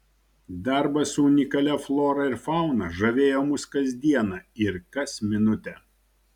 darbas su unikalia flora ir fauna žavėjo mus kas dieną ir kas minutę